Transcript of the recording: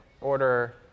order